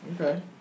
Okay